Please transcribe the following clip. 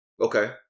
Okay